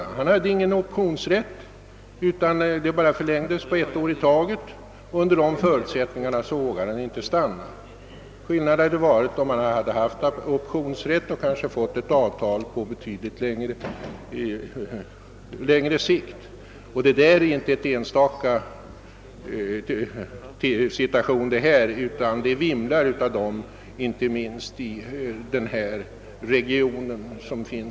Om han hade haft optionsrätt och fått avtal på längre tid hade det inneburit en väsentlig skillnad. Detta är inte ett enstaka fall — det vimlar av dem inte minst i stockholmsregionen.